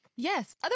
Yes